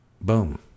boom